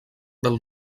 del